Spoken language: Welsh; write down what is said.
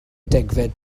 degfed